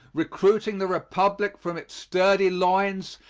recruiting the republic from its sturdy loins,